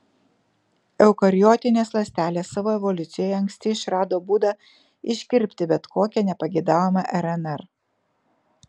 eukariotinės ląstelės savo evoliucijoje anksti išrado būdą iškirpti bet kokią nepageidaujamą rnr